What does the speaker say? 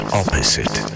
opposite